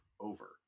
over